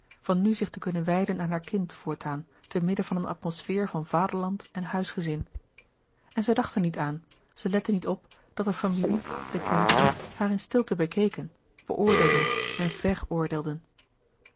van nu zich te kunnen wijden aan haar kind voortaan te midden van een atmosfeer van vaderland en huisgezin en zij dacht er niet aan zij lette niet op dat de familie de kennissen haar in stilte bekeken beoordeelden en veroordeelden